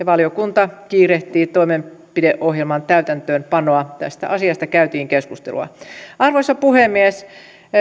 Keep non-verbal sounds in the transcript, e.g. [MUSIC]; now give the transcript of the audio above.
[UNINTELLIGIBLE] valiokunta kiirehtii toimenpideohjelman täytäntöönpanoa tästä asiasta käytiin keskustelua arvoisa puhemies